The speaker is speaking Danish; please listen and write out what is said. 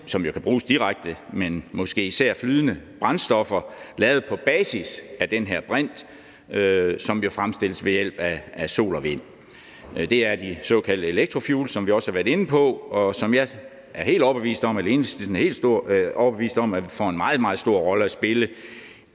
som jo kan bruges direkte, men måske især også flydende brændstoffer lavet på basis af den her brint, som fremstilles ved hjælp af sol og vind. Det er de såkaldte electrofuels, som vi også har været inde på, og som Enhedslisten er helt overbevist om får en meget, meget stor rolle at spille,